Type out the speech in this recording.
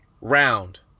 round